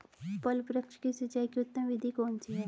फल वृक्ष की सिंचाई की उत्तम विधि कौन सी है?